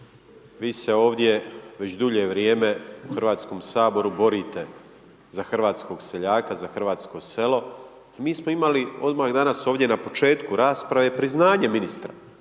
vi se ovdje već dulje vrijeme u Hrvatskom saboru borite za hrvatskog seljaka, za hrvatsko selo, mi smo imali odmah danas ovdje na početku rasprave, priznanje ministra